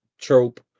trope